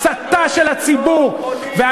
הסתה של הציבור עם קשקשנות לא בונים מדינה.